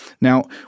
Now